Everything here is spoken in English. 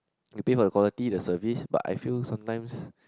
you pay for the quality the service but I feel sometimes